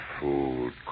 food